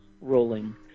rolling